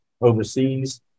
overseas